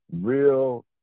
real